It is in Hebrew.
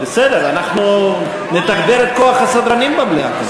בסדר, אנחנו נתגבר את כוח הסדרנים במליאה.